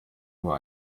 nur